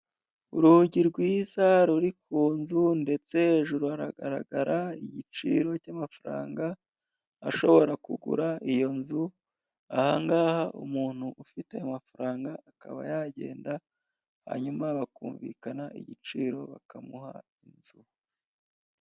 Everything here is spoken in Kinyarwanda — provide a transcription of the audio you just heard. Urugi rwiza ruri ku nzu, ndetse hejuru haragaragara igiciro cy'amafaranga ashobora kugura iyo nzu, ahangaha umuntu ufite ayo amafaranga akaba yagenda, hanyuma bakumvikana igiciro, bakamuha inzu.